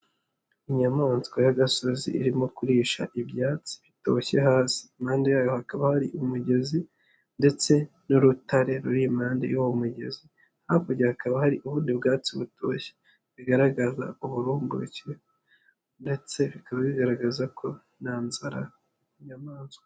Inyamaswa y'agasozi irimo kurisha ibyatsi bitoshye hasi. Impande yayo hakaba hari umugezi ndetse n'urutare ruri impande y'uwo mugezi. Hakurya hakaba hari ubundi bwatsi butoshye, bigaragaza uburumbuke ndetse bikaba bigaragaza ko nta nzara, inyamanswa.